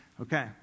okay